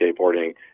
skateboarding